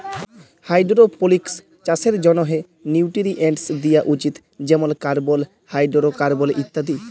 hydroponics চাষের জ্যনহে nutrients দিয়া উচিত যেমল কার্বল, হাইডোরোকার্বল ইত্যাদি